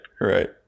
right